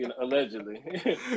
allegedly